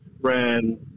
ran